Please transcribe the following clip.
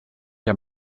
der